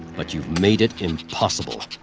but you've made it impossible.